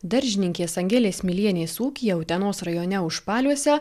daržininkės angelės milienės ūkyje utenos rajone užpaliuose